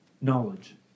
knowledge